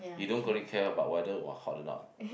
you don't really care about whether !wah! hot or not